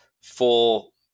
full